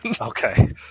Okay